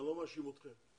ואני לא מאשים אתכם.